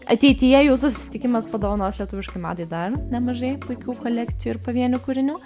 ateityje jūsų susitikimas padovanos lietuviškai madai dar nemažai puikių kolekcijų ir pavienių kūrinių